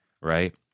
Right